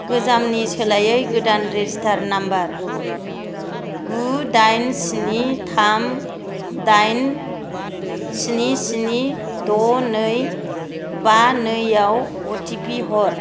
गोजामनि सोलायै गोदान रेजिस्टार नाम्बार गु दाइन स्नि थाम दाइन स्नि स्नि द' नै बा नैआव अ टि पि हर